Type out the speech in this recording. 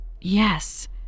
Yes